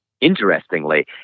interestingly